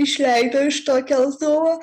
išleido iš to keltuvo